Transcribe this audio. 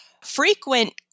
frequent